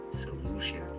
Solution